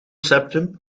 septum